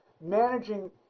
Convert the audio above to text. managing